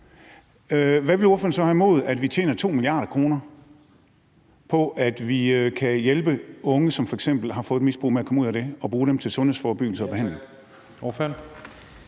hvad vil ordføreren så have imod, at vi tjener 2 mia. kr. på det, og at vi kan hjælpe unge, som f.eks. har fået et misbrug, med at komme ud af det, og bruge dem til sundhedsforebyggelse og behandling?